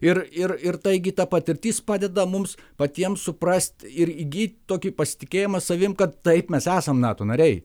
ir ir ir taigi ta patirtis padeda mums patiems suprast ir įgyt tokį pasitikėjimą savim kad taip mes esam nato nariai